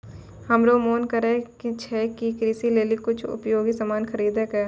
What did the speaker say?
हमरो मोन करै छै कि कृषि लेली कुछ उपयोगी सामान खरीदै कै